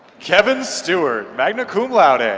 kevin stewart, magna cum laude and